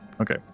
Okay